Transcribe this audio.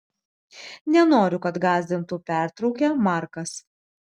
nenoriu kad gąsdintų pertraukia markas